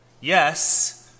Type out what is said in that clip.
yes